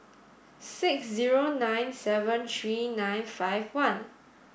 six zero nine seven three nine five one